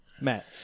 Matt